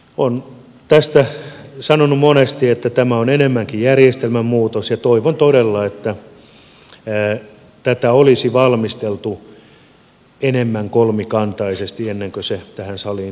olen tästä sanonut monesti että tämä on enemmänkin järjestelmän muutos ja toivon todella että tätä olisi valmisteltu enemmän kolmikantaisesti ennen kuin se tähän saliin tuodaan